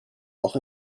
auch